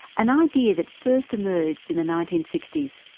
an idea that first emerged in the nineteen sixty s.